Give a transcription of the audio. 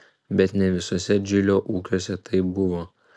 bet ne visuose džilio ūkiuose taip buvo